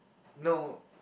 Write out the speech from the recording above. no